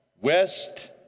West